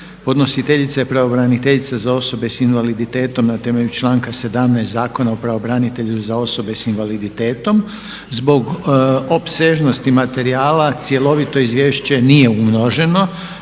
Podnositeljica: Pravobraniteljica za osobe s invaliditetom Na temelju članka 17. Zakona o pravobranitelju za osobe sa invaliditetom. Zbog opsežnosti materijala cjelovito izvješće nije umnoženo